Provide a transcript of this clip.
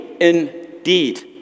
Indeed